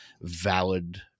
valid